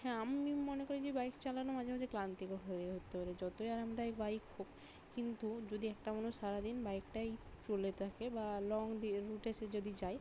হ্যাঁ আমি মনে করি যে বাইক চালানো মাঝে মাঝে ক্লান্তিকর হয়ে উঠতে পারে যতই আরামদায়ী বাইক হোক কিন্তু যদি একটা মানুষ সারা দিন বাইকটাই চলে থাকে বা লং দিয়ে রুটে সে যদি যায়